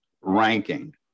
ranking